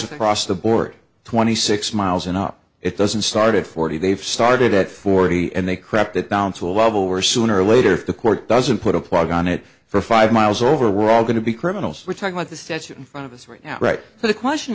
across the board twenty six miles and up it doesn't start at forty they've started at forty and they crap that bounce will wobble we're sooner or later if the court doesn't put a plug on it for five miles over we're all going to be criminals we're talking about the statute in front of us right now right now the question